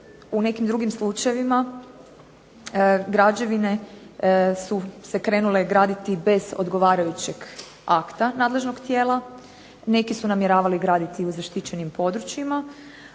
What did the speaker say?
u nekim drugim slučajevima građevine su se krenule graditi bez odgovarajućeg akta nadležnog tijela, neki su namjeravali graditi u zaštićenim područjima,